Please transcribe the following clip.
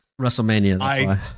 WrestleMania